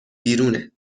بیرونه